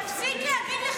תפסיק כבר.